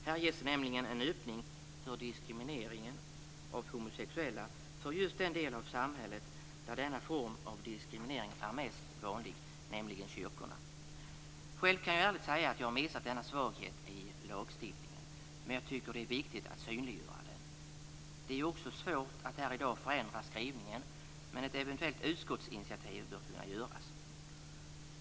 Här ges nämligen en öppning för diskriminering av homosexuella för just den del av samhället där denna form av diskriminering är mest vanlig, nämligen kyrkorna. Själv kan jag ärligt säga att jag har missat denna svaghet i lagstiftningen men jag tycker att det är viktigt att synliggöra den. Det är ju också svårt att här i dag förändra skrivningen men ett eventuellt utskottsinitiativ bör vara möjligt.